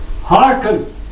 Hearken